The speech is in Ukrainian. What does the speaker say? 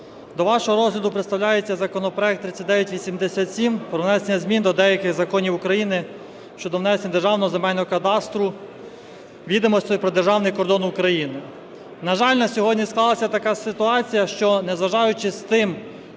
До вашого розгляду представляється законопроект 3987 про внесення змін до деяких законів України щодо внесення до Державного земельного кадастру відомостей про державний кордон України. На жаль, на сьогодні склалася така ситуація, що незважаючи на те,